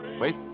Wait